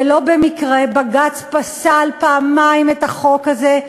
ולא במקרה בג"ץ פסל פעמיים את החוק הזה,